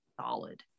solid